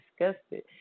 disgusted